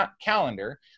calendar